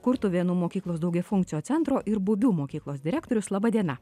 kurtuvėnų mokyklos daugiafunkcio centro ir bubių mokyklos direktorius laba diena